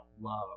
love